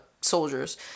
soldiers